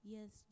Yes